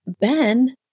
Ben